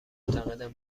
معتقدم